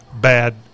bad